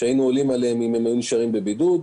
שהיינו עולים עליהם אם הם היו נשארים בבידוד.